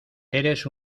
eres